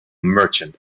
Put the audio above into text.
merchant